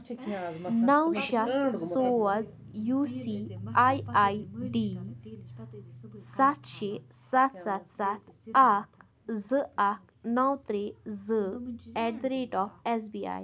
نَو شیٚتھ سوز U C I I D ستھ شےٚ ستھ ستھ ستھ اکھ زٕ اکھ نَو ترٛے زٕ at the rate of S B I